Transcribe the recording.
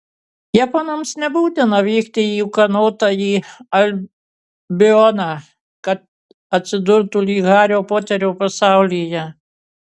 japonams nebūtina vykti į ūkanotąjį albioną kad atsidurtų lyg hario poterio pasaulyje